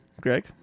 greg